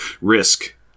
Risk